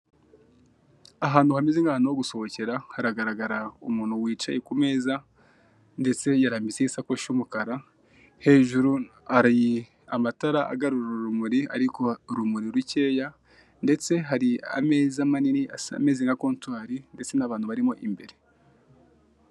Ahantu hemeze nk'ahantu ho gusohokera haragaragara umuntu wicaye ku meza ndetse yarambitseho isakoshi y'umukara, hejuru hari amatara agarura urumuri ariko urumuri rukeya ndetse hari ameza manini ameze nka kontwari ndetse n'abantu barimo imbere.